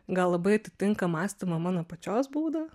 gal labai atitinka mąstymą mano pačios būdą